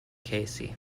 casey